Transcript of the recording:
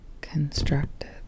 constructed